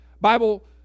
Bible